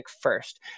first